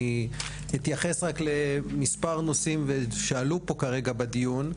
אני אתייחס רק למספר נושאים שעלו פה כרגע בדיון.